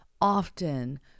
often